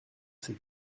ces